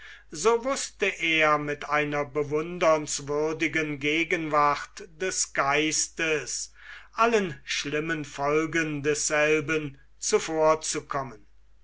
so wußte er mit einer bewundernswürdigen gegenwart des geistes allen schlimmen folgen desselben zuvorzukommen